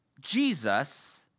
Jesus